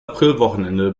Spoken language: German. aprilwochenende